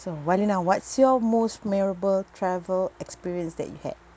so warlina what's your most memorable travel experience that you had